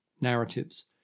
narratives